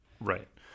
Right